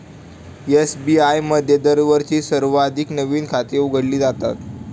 SBI मध्ये दरवर्षी सर्वाधिक नवीन खाती उघडली जातात